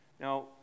Now